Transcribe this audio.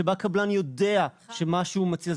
שבה קבלן יודע שמה שהוא מציע,